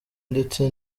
ndetse